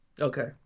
Okay